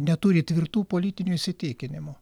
neturi tvirtų politinių įsitikinimų